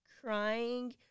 crying